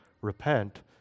repent